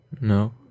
No